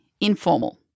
informal